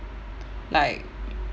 like